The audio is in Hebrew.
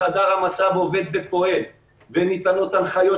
משברים לאומיים) וחדר המצ"ב עובד ופועל וניתנות הנחיות